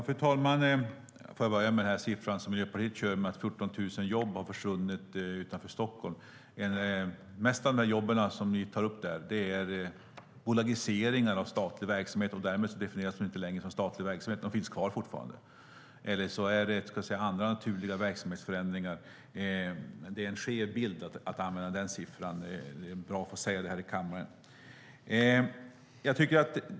Fru talman! Jag vill börja med den siffra som Miljöpartiet återkommer till. Man säger att 14 000 jobb har försvunnit utanför Stockholm. De flesta av dessa jobb har försvunnit genom bolagiseringar av statlig verksamhet. Därmed definieras de inte längre som statlig verksamhet, men de finns fortfarande kvar. Eller också kan det bero på andra naturliga verksamhetsförändringar. Att använda den siffran ger en skev bild. Det är bra att få säga detta i kammaren.